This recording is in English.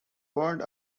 word